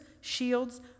shields